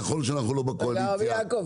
נכון שאנחנו לא בקואליציה --- הרב יעקב,